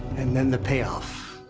and then, the payoff.